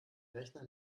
rechner